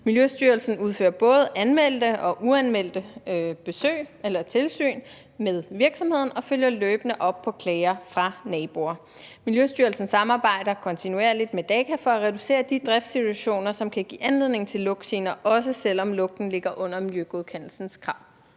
Miljøstyrelsen udfører både anmeldte og uanmeldte besøg eller tilsyn med virksomheden og følger løbende op på klager fra naboer. Miljøstyrelsen samarbejder kontinuerligt med Daka for at reducere antallet af driftssituationer, som kan give anledning til lugtgener, også selv om lugten ligger under miljøgodkendelsens grænse.